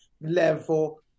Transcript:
level